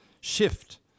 shift